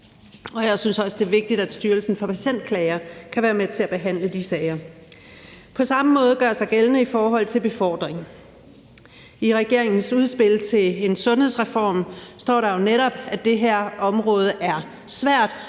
Jeg synes også, det er vigtigt, at Styrelsen for Patientklager kan være med til at behandle de sager. Det samme gør sig gældende i forhold til befordring. I regeringens udspil til en sundhedsreform står der jo netop, at det her område er svært